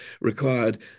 required